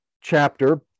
chapter